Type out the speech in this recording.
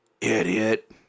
Idiot